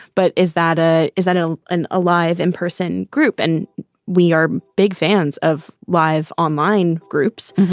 but is that a is that ah an alive in person group? and we are big fans of live online groups.